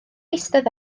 eistedd